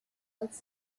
als